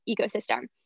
ecosystem